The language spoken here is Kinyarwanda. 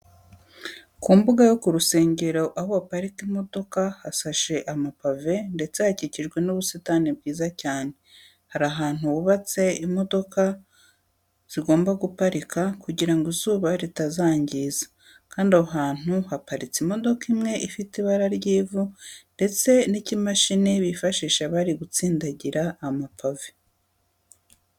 Ku mbuga yo ku rusengero, aho baparika imodoka hasashe amapave ndetse hakikijwe n'ubusitani bwiza cyane. Hari ahantu bubatse imodoka zigomba guparika kugira ngo izuba ritazangiza kandi aho hantu haparitse imodoka imwe ifite ibara ry'ivu ndetse n'ikimashini bifashisha bari gutsindagira amapave.